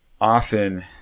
often